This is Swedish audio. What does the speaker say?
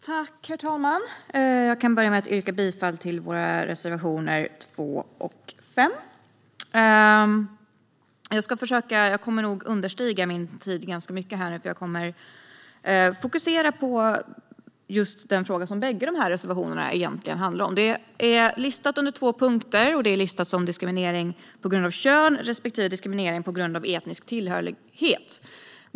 Herr talman! Jag vill börja med att yrka bifall till våra reservationer 2 och 5. Jag kommer nog att underskrida min tid ganska mycket, för jag kommer att fokusera på den fråga som båda dessa reservationer egentligen handlar om. Detta är listat under två punkter som diskriminering på grund av kön respektive diskriminering på grund av etnisk tillhörighet.